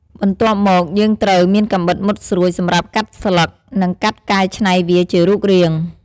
បន្ទាប់មក យើងត្រូវមានកាំបិតមុតស្រួចសម្រាប់កាត់ស្លឹក និងកាត់កែឆ្នៃវាជារូបរាង។